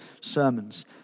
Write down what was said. sermons